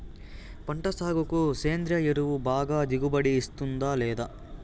పంట సాగుకు సేంద్రియ ఎరువు బాగా దిగుబడి ఇస్తుందా లేదా